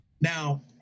Now